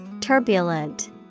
Turbulent